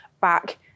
back